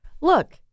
Look